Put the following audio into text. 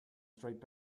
straight